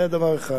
זה דבר אחד.